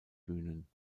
bühnen